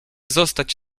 zostać